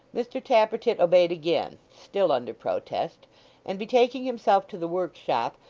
mr tappertit obeyed again, still under protest and betaking himself to the workshop,